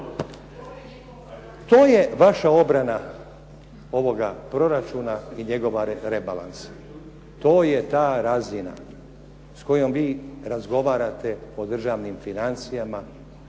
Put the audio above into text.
To je vaša obrana ovoga proračuna i njegovog rebalansa. To je ta razina s kojom vi razgovarate o državnim financijama